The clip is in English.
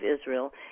Israel